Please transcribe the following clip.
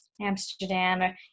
Amsterdam